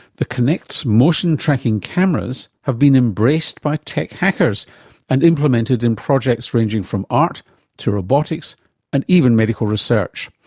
the kinect's motion tracking cameras have been embraced by tech hackers and implemented in projects ranging from art to robotics and even medical research.